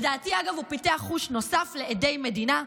אגב, לדעתי הוא פיתח חוש נוסף, לעדי מדינה.